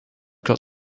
got